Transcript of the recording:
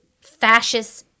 fascist